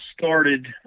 started